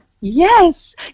Yes